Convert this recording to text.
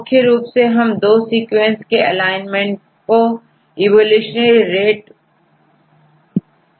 मुख्य रूप से हम दो सीक्वेंस के एलाइनमेंट को इवोल्यूशनरी रेट को चेक करने के लिए करते हैं